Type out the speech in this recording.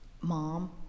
Mom